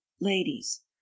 Ladies